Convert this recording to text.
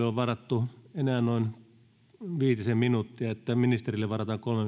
on varattu enää noin viitisen minuuttia ministerille varataan kolme